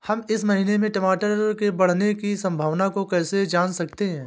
हम इस महीने में टमाटर के बढ़ने की संभावना को कैसे जान सकते हैं?